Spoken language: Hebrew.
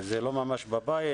זה לא ממש בבית,